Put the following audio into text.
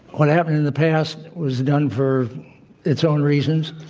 what happened in the past was done for its own reasons.